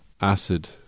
acid